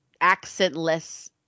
accentless